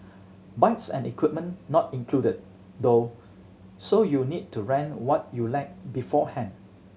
bikes and equipment not included though so you'll need to rent what you lack beforehand